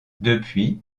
depuis